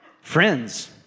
friends